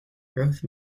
growth